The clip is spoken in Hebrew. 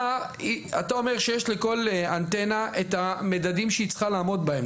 אתה אמר שיש לכל אנטנה את המדדים שהיא צריכה לעמוד בהם,